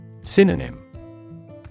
Synonym